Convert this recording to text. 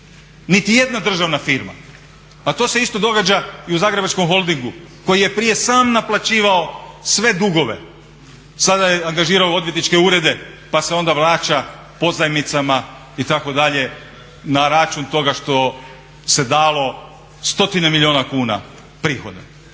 Niti jedna državna firma, pa to se isto događa i u Zagrebačkom holdingu koje je prije sam naplaćivao sve dugove sada je angažirao odvjetničke urede pa se onda vraća pozajmicama itd. na račun toga što se dalo stotine milijuna kuna prihoda.